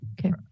Okay